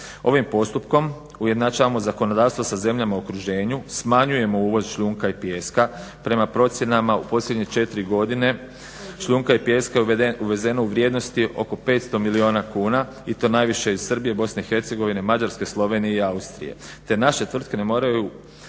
Ovim postupkom ujednačavamo zakonodavstvo sa zemljama o okruženju, smanjujemo uvoz šljunka i pijeska. Prema procjenama u posljednje četiri godine šljunka i pijeska je uvezeno u vrijednosti oko 500 milijuna kuna i to najviše iz Srbije, Bosne i Hercegovine, Mađarske, Slovenije i Austrije. Te naše tvrtke ne moraju